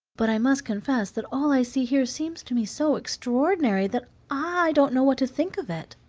but i must confess that all i see here seems to me so extraordinary that i don't know what to think of it.